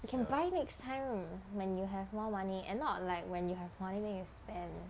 you can buy next time whe~ when you have more money and not like when you have money then you spent